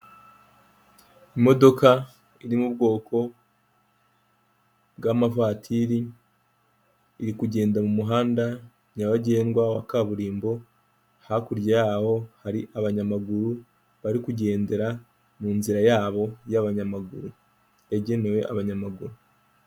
Umuhanda w'umukara aho uganisha ku bitaro byitwa Sehashiyibe, biri mu karere ka Huye, aho hahagaze umuntu uhagarika imodoka kugirango babanze basuzume icyo uje uhakora, hakaba hari imodoka nyinshi ziparitse.